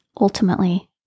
ultimately